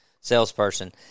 salesperson